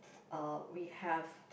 uh we have